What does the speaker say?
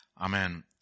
Amen